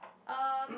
um